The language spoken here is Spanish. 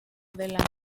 delantero